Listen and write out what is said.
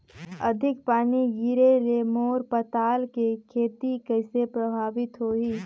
अधिक पानी गिरे ले मोर पताल के खेती कइसे प्रभावित होही?